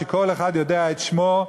שכל אחד יודע את שמו,